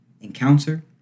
encounter